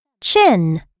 Chin